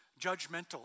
judgmental